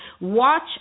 Watch